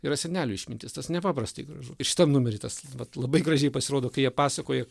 yra senelių išmintis tas nepaprastai gražu ir šitam numery tas vat labai gražiai pasirodo kai jie pasakoja